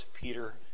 Peter